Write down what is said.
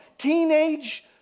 teenage